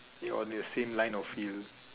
on the same line of field